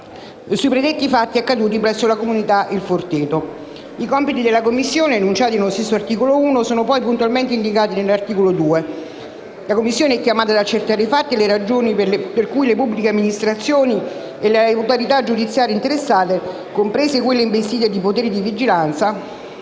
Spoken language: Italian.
sui predetti fatti accaduti presso la comunità Il Forteto. I compiti della Commissione, enunciati nello stesso articolo 1, sono poi puntualmente indicati nell'articolo 2. La Commissione è chiamata ad accertare i fatti e le ragioni per cui le pubbliche amministrazioni e le autorità giudiziarie interessate, comprese quelle investite di poteri di vigilanza,